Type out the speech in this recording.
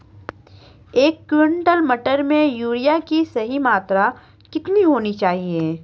एक क्विंटल मटर में यूरिया की सही मात्रा कितनी होनी चाहिए?